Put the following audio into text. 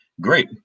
Great